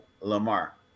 Lamar